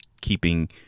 keeping